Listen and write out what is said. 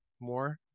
more